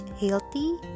healthy